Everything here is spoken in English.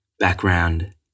background